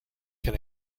can